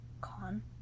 Con